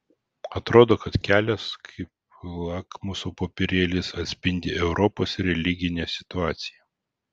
atrodo kad kelias kaip lakmuso popierėlis atspindi europos religinę situaciją